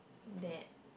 that